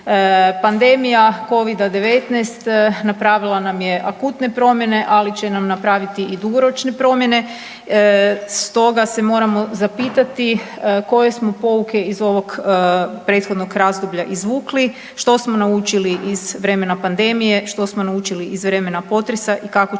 Pandemija covida-19 napravila nam je akutne promjene, ali će nam napraviti i dugoročne promjene stoga se moramo zapitati koje smo pouke iz ovog prethodnog razdoblja izvukli, što smo naučili iz vremena pandemije, što smo naučili iz vremena potresa i kako ćemo